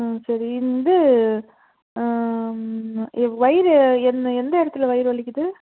சரி இது வயிறு எந்த இடத்துல வயிறு வலிக்குது